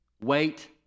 Wait